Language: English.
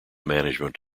management